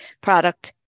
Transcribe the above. product